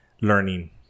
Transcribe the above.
learning